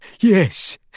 Yes